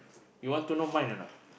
you want to know mine or not